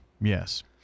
Yes